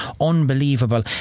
unbelievable